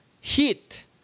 heat